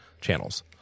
channels